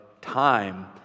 time